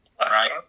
Right